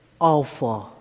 Alpha